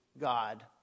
God